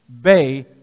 Bay